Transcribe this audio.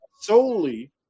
solely